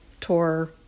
tour